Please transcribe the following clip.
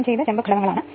അതിനാൽ I2 I 1 ന് 8